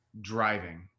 driving